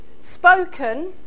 spoken